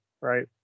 right